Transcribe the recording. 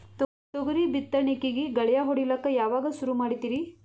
ತೊಗರಿ ಬಿತ್ತಣಿಕಿಗಿ ಗಳ್ಯಾ ಹೋಡಿಲಕ್ಕ ಯಾವಾಗ ಸುರು ಮಾಡತೀರಿ?